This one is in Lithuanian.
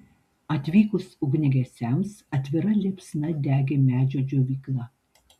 atvykus ugniagesiams atvira liepsna degė medžio džiovykla